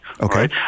Okay